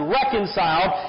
reconciled